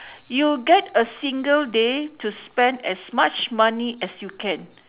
you get a single day to spend as much money as you can